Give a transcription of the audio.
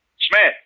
Smith